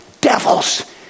devils